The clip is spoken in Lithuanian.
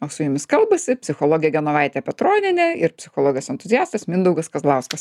o su jumis kalbasi psichologė genovaitė petronienė ir psichologas entuziastas mindaugas kazlauskas